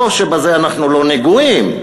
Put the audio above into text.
לא שבזה אנחנו לא נגועים,